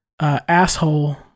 asshole